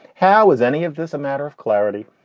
how is any of this a matter of clarity?